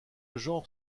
genre